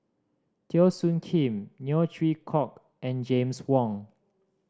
Teo Soon Kim Neo Chwee Kok and James Wong